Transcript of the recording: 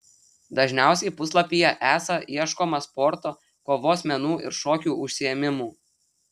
dažniausiai puslapyje esą ieškoma sporto kovos menų ir šokių užsiėmimų